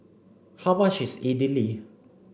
how much is Idili